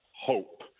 hope